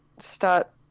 start